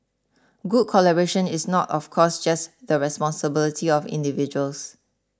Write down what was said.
good collaboration is not of course just the responsibility of individuals